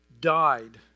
died